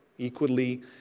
equally